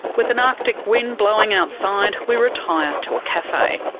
with an arctic wind blowing outside, we retire to a cafe.